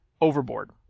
overboard